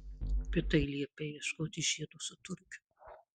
pitai liepei ieškoti žiedo su turkiu